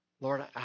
Lord